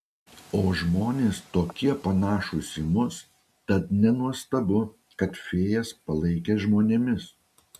o žmonės tokie panašūs į mus tad nenuostabu kad fėjas palaikė žmonėmis